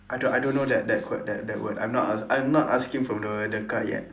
I don't I don't know that that quote that that word I'm not I'm not asking from the the card yet